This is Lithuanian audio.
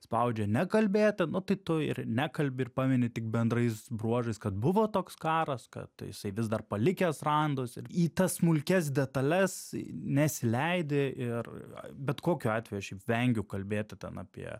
spaudžia nekalbėti nuo tai tu ir nekalbi ir pameni tik bendrais bruožais kad buvo toks karas kad jisai vis dar palikęs randus ir į tas smulkias detales nesileidi ir bet kokiu atveju šiaip vengiu kalbėti ten apie